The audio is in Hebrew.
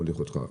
מוליכה אותך.